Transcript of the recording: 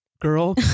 girl